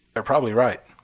they're probably right.